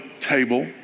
table